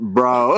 Bro